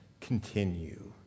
continue